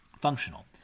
Functional